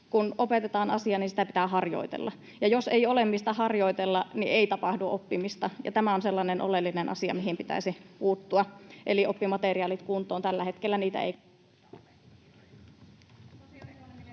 Kun opetetaan asia, sitä pitää harjoitella, ja jos ei ole, mistä harjoitella, niin ei tapahdu oppimista, ja tämä on sellainen oleellinen asia, mihin pitäisi puuttua. Eli oppimateriaalit kuntoon, tällä hetkellä